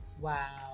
Wow